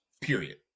period